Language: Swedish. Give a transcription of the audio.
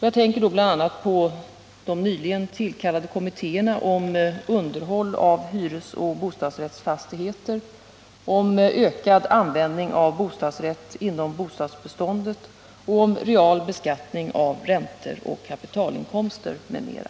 Jag tänker bl.a. på de nyligen tillkallade kommittéerna om underhåll av hyresoch bostadsrättsfastigheter , om ökad användning av bostadsrätt inom bostadsbeståndet och om real beskattning av räntor och kapitalinkomster, m.m. .